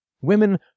Women